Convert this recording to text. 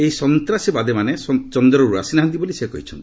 ଏହି ସନ୍ତାସବାଦୀମାନେ ଚନ୍ଦ୍ରରୁ ଆସି ନାହାନ୍ତି ବୋଲି ସେ କହିଛନ୍ତି